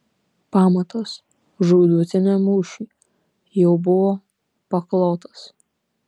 pamatas žūtbūtiniam mūšiui jau buvo paklotas